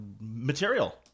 material